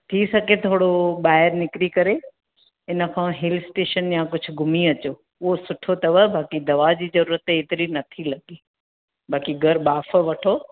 थी सघे थोड़ो ॿाहिरि निकिरि करे इन खां हील स्टेशन या कुछ घुमी अचो उओ सुठो तव बाक़ी दवा जी जरूरत हेतिरी नथी लॻे बाक़ी घरु बाफ़ वठो